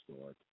Lord